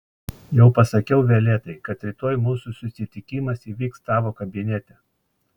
jau pasakiau violetai kad rytoj mūsų susitikimas įvyks tavo kabinete